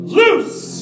loose